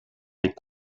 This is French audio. des